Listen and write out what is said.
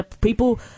people